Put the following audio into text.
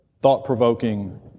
thought-provoking